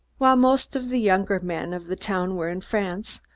while most of the younger men of the town were in france,